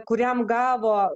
kuriam gavo